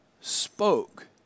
spoke